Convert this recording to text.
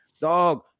dog